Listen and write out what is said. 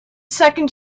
second